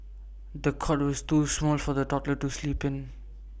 the cot was too small for the toddler to sleep in